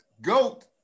GOAT